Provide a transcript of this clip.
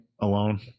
alone